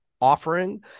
Offering